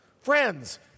Friends